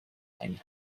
einen